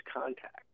contact